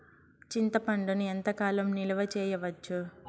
చింతపండును ఎంత కాలం నిలువ చేయవచ్చు?